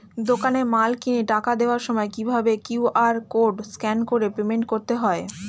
দোকানে মাল কিনে টাকা দেওয়ার সময় কিভাবে কিউ.আর কোড স্ক্যান করে পেমেন্ট করতে হয়?